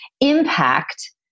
impact